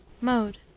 Mode